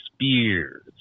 Spears